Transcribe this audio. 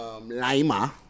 Lima